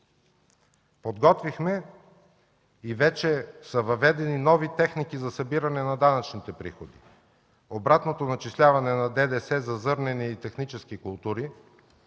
Подготвихме и вече са въведени нови техники за събиране на данъчните приходи, обратното начисляване на ДДС за зърнени и технически култури,